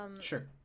Sure